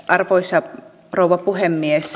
arvoisa rouva puhemies